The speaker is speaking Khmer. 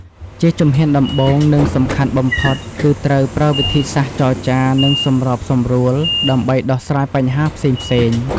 ជាជំហានដំបូង និងសំខាន់បំផុត គឺត្រូវ ប្រើវិធីសាស្ត្រចរចា និងសម្របសម្រួល ដើម្បីដោះស្រាយបញ្ហាផ្សេងៗ។